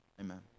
Amen